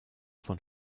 von